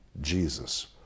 Jesus